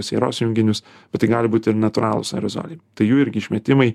sieros junginius bet tai gali būt ir natūralūs aerozoliai tai jų irgi išmetimai